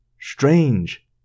Strange